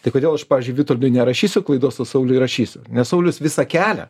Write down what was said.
tai kodėl aš pavyzdžiui vitoldui nerašysiu klaidos o sauliui rašysiu nes saulius visą kelią